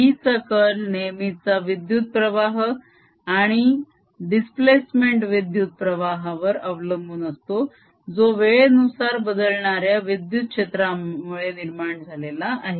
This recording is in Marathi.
B चा कर्ल नेहमीचा विद्युत प्रवाह आणि दिस्प्लेसमेंट विद्युत प्रवाहावर अवलंबून असतो जो वेळेनुसार बदलणाऱ्या विद्युत क्षेत्रामुळे निर्माण झालेला आहे